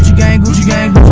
gang, gucci gang,